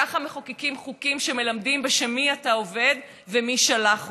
ככה מחוקקים חוקים שמלמדים בשם מי אתה עובד ומי שלח אותך.